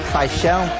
paixão